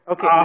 Okay